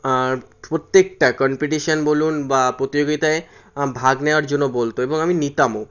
প্রত্যেকটা কম্পিটিশান বলুন বা প্রতিযোগিতায় ভাগ নেওয়ার জন্য বলতো এবং আমি নিতামও